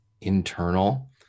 internal